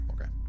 okay